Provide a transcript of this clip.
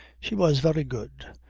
she was very good,